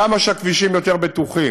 ככל שהכבישים יותר בטוחים,